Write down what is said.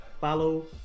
follow